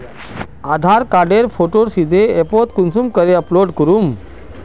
आधार कार्डेर फोटो सीधे ऐपोत कुंसम करे अपलोड करूम?